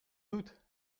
goed